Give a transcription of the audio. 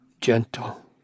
gentle